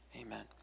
Amen